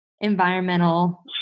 environmental